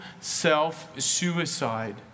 self-suicide